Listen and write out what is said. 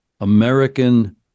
American